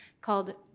called